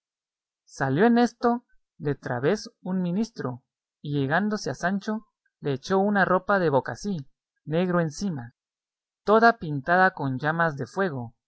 salió en esto de través un ministro y llegándose a sancho le echó una ropa de bocací negro encima toda pintada con llamas de fuego